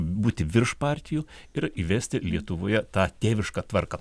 būti virš partijų ir įvesti lietuvoje tą tėvišką tvarką